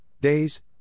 days